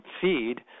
feed